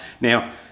now